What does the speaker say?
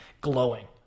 glowing